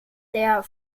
der